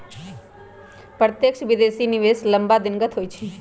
प्रत्यक्ष विदेशी निवेश लम्मा दिनगत होइ छइ